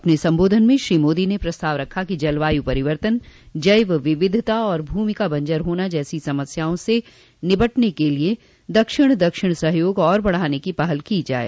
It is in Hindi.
अपने सम्बोधन में श्री मोदी ने प्रस्ताव रखा कि जलवायू परिवर्तन जैव विविधता और भूमि का बंजर होना जैसी समस्याओं से निपटने के लिए दक्षिण दक्षिण सहयोग और बढ़ाने की पहल की जाये